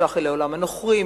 הנמשך אל העולם הנוכרי,